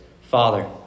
Father